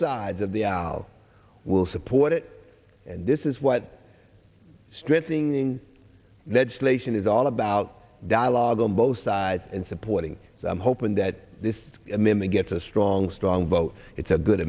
sides of the aisle will support it and this is what stripping legislation is all about dialogue on both sides and supporting so i'm hoping that this imma get a strong strong vote it's a good